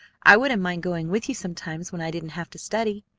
i wouldn't mind going with you sometimes when i didn't have to study.